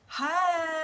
Hi